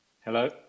Hello